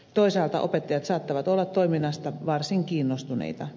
toisaalta opettajat saattavat olla toiminnasta varsin kiinnostuneita